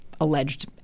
alleged